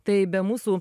tai be mūsų